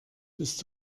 bist